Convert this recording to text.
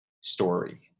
story